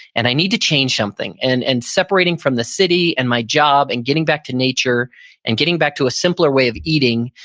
and i need to change something. and in separating from the city and my job and getting back to nature and getting back to a simplest way of eating,